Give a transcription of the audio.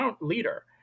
leader